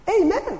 Amen